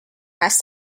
rest